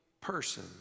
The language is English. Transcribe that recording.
person